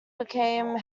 became